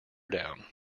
down